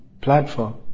platform